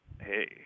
Hey